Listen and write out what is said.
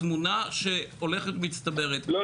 התמונה שהולכת ומצטברת --- לא,